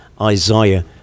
Isaiah